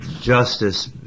justice